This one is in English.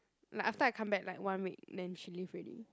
like after I come back like one week then she leave already